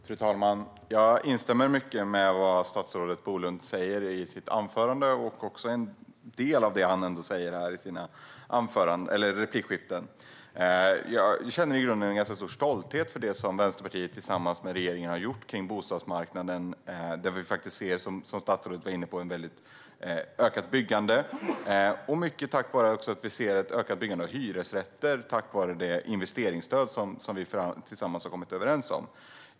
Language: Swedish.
Fru talman! Jag instämmer i mycket av det statsrådet Bolund sa i sitt anförande och i en del av det han har sagt i sina replikskiften. Jag känner en ganska stor stolthet över det Vänsterpartiet har gjort tillsammans med regeringen när det gäller bostadsmarknaden. Som statsrådet var inne på ser vi ökat byggande och ett ökat byggande av hyresrätter, mycket tack vare det investeringsstöd som vi har kommit överens om tillsammans.